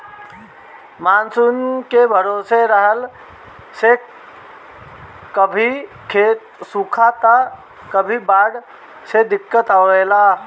monsoon के भरोसे रहला से कभो सुखा त कभो बाढ़ से दिक्कत आवेला